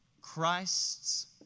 Christ's